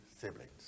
siblings